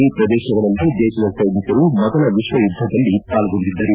ಈ ಪ್ರದೇಶಗಳಲ್ಲಿ ದೇಶದ ಸೈನಿಕರು ಮೊದಲ ವಿಕ್ವಯುದ್ದದಲ್ಲಿ ಪಾಲ್ಗೊಂಡಿದ್ದರು